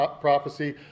prophecy